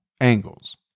angles